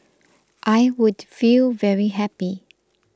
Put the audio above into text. I would feel very happy